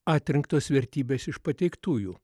atrinktos vertybės iš pateiktųjų